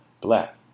black